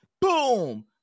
boom